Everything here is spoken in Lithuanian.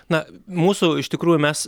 na mūsų iš tikrųjų mes